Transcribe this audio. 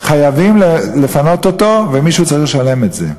חייבים לפנות אותו, ומישהו צריך לשלם על זה.